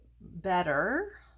better